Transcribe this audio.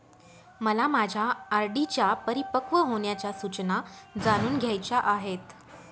मला माझ्या आर.डी च्या परिपक्व होण्याच्या सूचना जाणून घ्यायच्या आहेत